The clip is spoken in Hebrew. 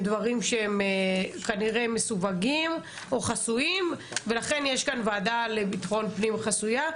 דברים שהם כנראה מסווגים או חסויים ולכן יש כאן ועדה לביטחון פנים חסויה,